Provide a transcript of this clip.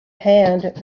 hand